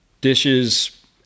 dishes